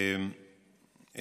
תודה רבה.